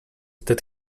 that